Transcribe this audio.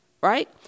Right